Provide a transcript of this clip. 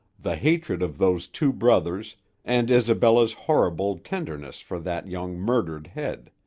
the hatred of those two brothers and isabella's horrible tenderness for that young murdered head.